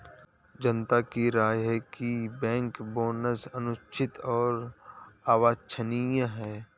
जनता की राय है कि बैंक बोनस अनुचित और अवांछनीय है